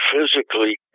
physically